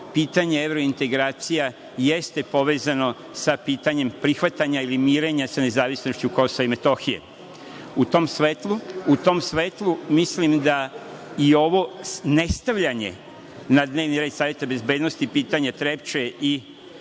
pitanje evrointegracija jeste povezano sa pitanjem prihvatanja ili mirenja sa nezavisnošću Kosova i Metohije.U tom svetlu, mislim da i ovo nestavljanje na dnevni red Saveta bezbednosti pitanje Trepče i